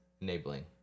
Enabling